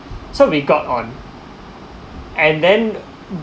so we got on and then